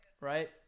right